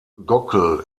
gockel